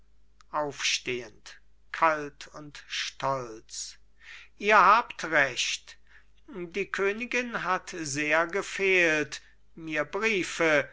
aufstehend kalt und stolz ihr habt recht die königin hat sehr gefehlt mir briefe